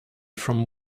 from